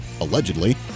allegedly